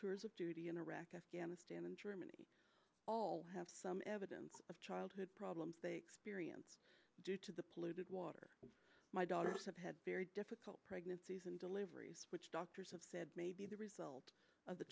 tours of duty in iraq afghanistan and germany all have some evidence of childhood problems they experience due to the polluted water my daughters have had very difficult pregnancies and deliveries which doctors have said may be the result of